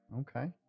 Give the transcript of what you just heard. Okay